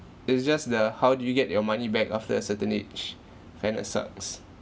it's just the how do you get your money back after a certain age kind of sucks